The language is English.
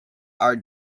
are